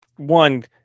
one